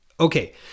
Okay